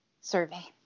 survey